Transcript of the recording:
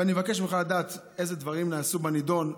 אני מבקש ממך לדעת איזה דברים נעשו בנדון,